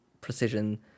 precision